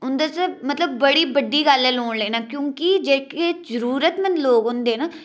उं'दे आस्तै बड़ी बड्डी गल्ल ऐ लोन लैना क्योंकि जेह्के जरूरतमंद लोग होंदे न